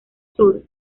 sur